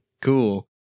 Cool